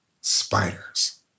spiders